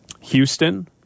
Houston